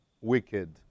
wicked